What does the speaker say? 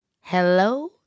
hello